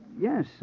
Yes